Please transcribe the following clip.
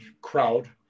crowd